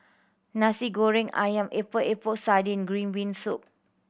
Nasi Goreng Ayam Epok Epok Sardin green bean soup